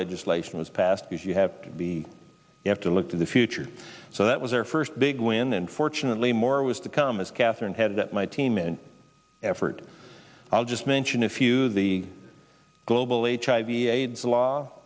legislation was passed because you have to be you have to look to the future so that was our first big win and fortunately more was to come as katherine had that my team and effort i'll just mention a few the global aids hiv aids law